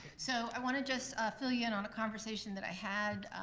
so, i wanna just fill you in on a conversation that i had,